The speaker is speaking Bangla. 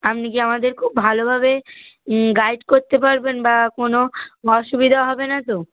আপনি কি আমাদের খুব ভালোভাবে গাইড করতে পারবেন বা কোনও অসুবিধা হবে না তো